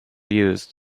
used